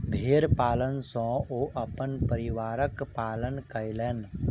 भेड़ पालन सॅ ओ अपन परिवारक पालन कयलैन